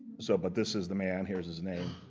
so but this is the man. here is his name